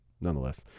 nonetheless